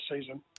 season